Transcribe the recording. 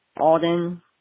Alden